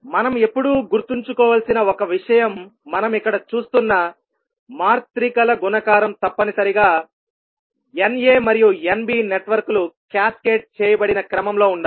మనం ఎప్పుడూ గుర్తుంచుకోవలసిన ఒక విషయం మనం ఇక్కడ చూస్తున్న మాత్రికల గుణకారం తప్పనిసరిగా N a మరియు N b నెట్వర్క్లు క్యాస్కేడ్ చేయబడిన క్రమంలో ఉండాలి